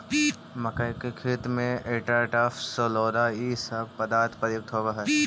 मक्कइ के खेत में एट्राटाफ, सोलोरा इ सब पदार्थ प्रयुक्त होवऽ हई